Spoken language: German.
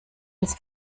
ins